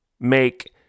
make